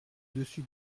dessus